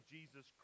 Jesus